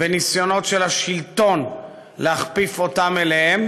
בניסיונות של השלטון להכפיף אותם לעצמו.